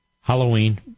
Halloween